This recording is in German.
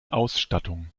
ausstattung